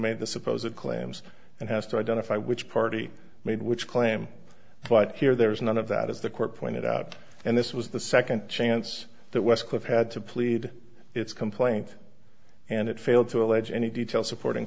made the suppose it claims and has to identify which party made which claim but here there is none of that is the court pointed out and this was the second chance that westcliff had to plead its complaint and it failed to allege any detail supporting